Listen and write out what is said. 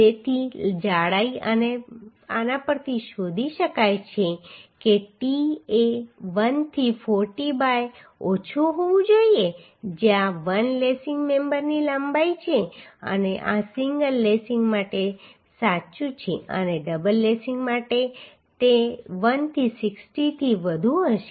તેથી જાડાઈ આના પરથી શોધી શકાય છે કે t એ l થી 40 બાય ઓછું હોવું જોઈએ જ્યાં l લેસિંગ મેમ્બરની લંબાઈ છે અને આ સિંગલ લેસિંગ માટે સાચું છે અને ડબલ લેસિંગ માટે તે l થી 60 થી વધુ હશે